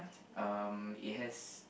um it has